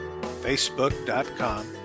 facebook.com